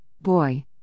boy